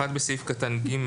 בסעיף קטן (ג),